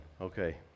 Okay